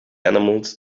animals